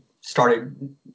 started